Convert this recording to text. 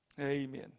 Amen